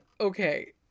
okay